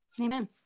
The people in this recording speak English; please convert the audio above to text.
Amen